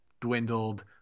dwindled